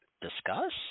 discuss